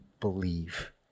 believe